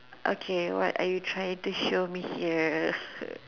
okay what are you trying to show me here